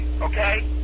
okay